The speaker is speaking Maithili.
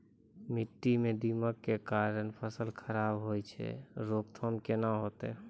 माटी म दीमक के कारण फसल खराब होय छै, रोकथाम केना होतै?